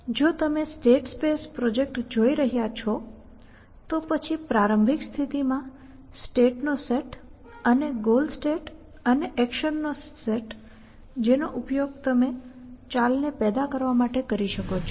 જો તમે state space project જોઈ રહ્યા છો તો પછી પ્રારંભિક સ્થિતિમાં સ્ટેટનો સેટ અને ગોલ સ્ટેટ અને એક્શનનો સેટ જેનો ઉપયોગ તમે ચાલને પેદા કરવા માટે કરી શકો છો